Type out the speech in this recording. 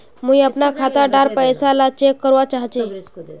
मुई अपना खाता डार पैसा ला चेक करवा चाहची?